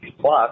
plus